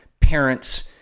parents